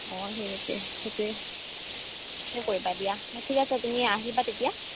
অঁ সেই সেইটোৱেই সেইটোৱে কৰিবা দিয়া ঠিক আছে তুমি আহিবা তেতিয়া